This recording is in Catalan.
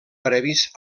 previs